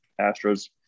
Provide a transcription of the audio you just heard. Astros